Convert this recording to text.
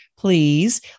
please